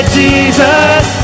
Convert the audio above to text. Jesus